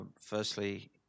Firstly